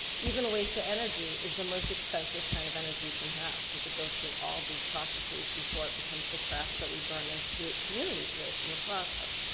even waste to energy is the most expensive kind of energy you can have because it goes through all these processes before it becomes the trash that we burned in pollute communities with in the process.